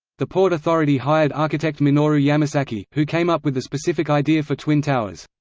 the port authority hired architect minoru yamasaki, who came up with the specific idea for twin towers.